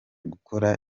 gukora